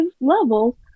levels